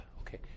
Okay